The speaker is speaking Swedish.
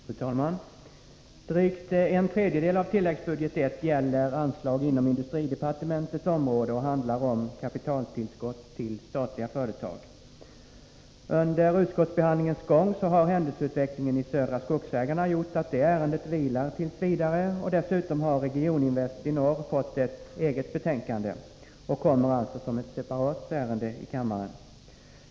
Fru talman! Drygt en tredjedel av tilläggsbudget I gäller anslag inom industridepartementets område, och handlar om kapitaltillskott till statliga företag. Under utskottsbehandlingens gång så har händelseutvecklingen i Södra Skogsägarna gjort att det ärendet vilar tills vidare. Dessutom har Regioninvest i Norr fått ett eget betänkande och kommer alltså som ett separat ärende i kammaren.